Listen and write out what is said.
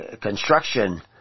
construction